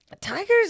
Tigers